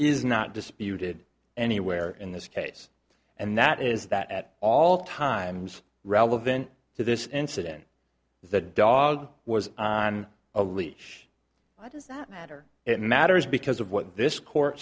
is not disputed anywhere in this case and that is that at all times relevant to this incident the dog was on a leash why does that matter it matters because of what this court